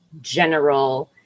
general